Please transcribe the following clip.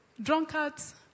drunkards